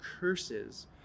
curses